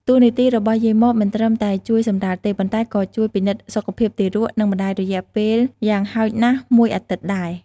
តួនាទីរបស់យាយម៉បមិនត្រឹមតែជួយសម្រាលទេ ប៉ុន្តែក៏ជួយពិនិត្យសុខភាពទារក និងម្ដាយរយៈពេលយ៉ាងហោចណាស់មួយអាទិត្យដែរ។